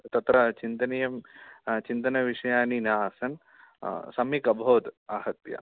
तत्र चिन्तनीयं चिन्तनविषयाणि न आसन् सम्यक् अभवत् आहत्य